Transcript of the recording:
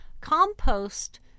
Compost